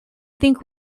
think